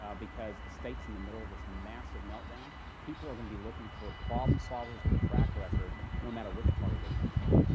because the state's in the middle of this massive meltdown. people are going to be looking for problem-solvers with a track record no matter which party they come from.